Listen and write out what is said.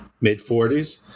mid-40s